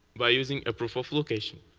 by using a proof of location.